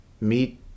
meet